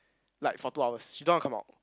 like for two hours she don't want to come out